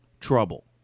trouble